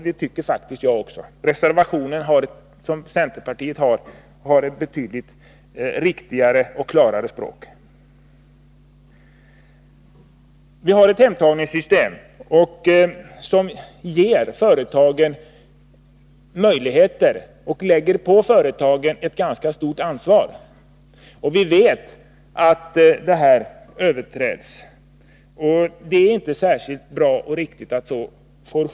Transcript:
Det tycker faktiskt också jag. Centerpartiets reservation innehåller ett betydligt riktigare och klarare språk. Vi har ett hemtagningssystem som ger företagen möjligheter, men det lägger också på företagen ett ganska stort ansvar. Vi vet att systemet överträds. Det är inte så särskilt bra att så sker.